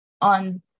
on